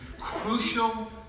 crucial